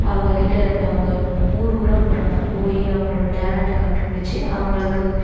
அவங்கள்கிட்ட அவங்க ஊர் ஊராக போகிறாங்க போய் அவர்களோட டேலண்ட்டை கண்டுபுடிச்சு அவர்களுக்கு